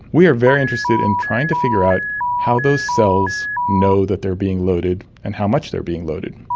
we are very interested in trying to figure out how those cells know that they are being loaded and how much they are being loaded.